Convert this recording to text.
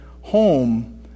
home